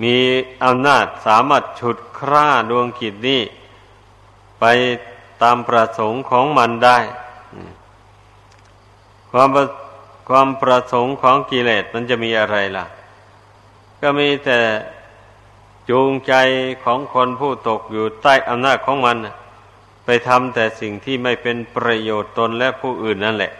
มีอำนาจสามารถฉุดคร่าดวงกิจนี้ไปตามประสงค์ของมันได้ อืม ความประ- ความประสงค์ของกิเลสมันจะมีอะไรล่ะ? ก็มีแต่จูงใจของคนผู้ตกอยู่ใต้อำนาจของมันน่ะ ไปทำแต่สิ่งที่ไม่เป็นประโยชน์ตนและผู้อื่นนั่นแหละ